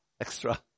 extra